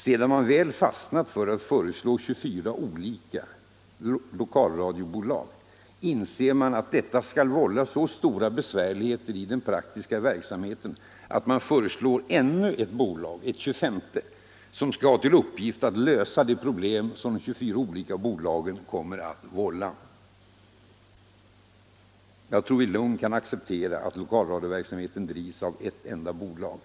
Sedan man väl fastnat för att föreslå 24 olika lokalradiobolag inser man att detta skall vålla så stora besvärligheter i den praktiska verksamheten att man föreslår ännu ett bolag, ett tjugofemte, som skall ha till uppgift att lösa de problem som de 24 olika bolagen kommer att vålla. Jag tror vi lugnt kan acceptera att lokalradioverksamheten drivs av ett enda bolag.